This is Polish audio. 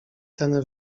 cenę